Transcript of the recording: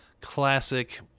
classic